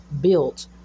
built